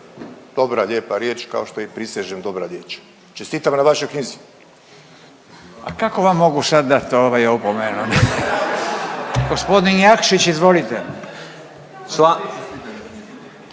dobra lijepa riječ kao što je i prisežem dobra riječ. Čestitam na vašoj knjizi. **Radin, Furio (Nezavisni)** A kako vam mogu sad dat, ovaj opomenu. Gospodin Jakšić izvolite.